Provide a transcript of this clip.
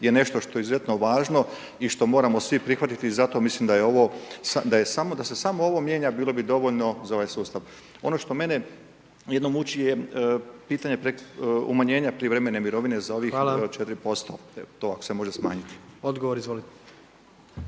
je nešto što je izuzetno važno i što moramo svi prihvatiti i zato mislim da je samo da se samo ovo mijenja bilo bi dovoljno za ovaj sustav. Ono što mene jedino muči je pitanje umanjenja prijevremene mirovine za ovih 4%, to ako se može smanjiti. **Jandroković,